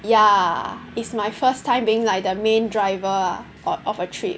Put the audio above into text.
ya it's my first time being like the main driver ah of of a trip